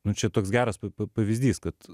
nu čia toks geras pa pavyzdys kad